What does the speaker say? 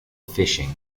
fishing